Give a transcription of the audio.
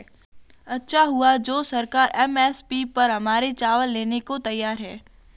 अच्छा हुआ जो सरकार एम.एस.पी पर हमारे चावल लेने को तैयार है